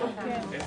הישיבה נעולה.